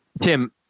Tim